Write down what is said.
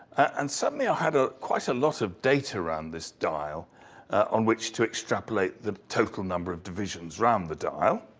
and suddenly i had ah quite a lot of data around this dial on which to extrapolate the total number of divisions round the dial.